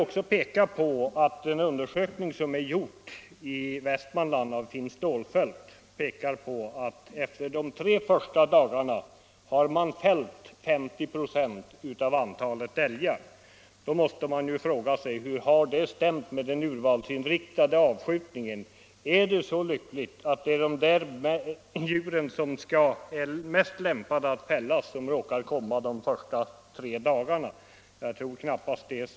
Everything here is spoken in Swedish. Den undersökning som gjorts i Västmanland av Finn Stålfelt pekar på att man efter de tre första dagarna har fällt 50 96 av antalet nedlagda älgar. Då måste man fråga sig hur detta har stämt med den urvalsinriktade avskjutningen. Är det så lyckligt att det är just de djur som råkat komma de första tre dagarna som också är de lämpligaste att fälla? Jag tror knappast detta.